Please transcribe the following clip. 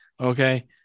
Okay